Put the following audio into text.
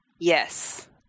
yes